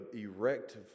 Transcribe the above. erect